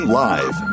live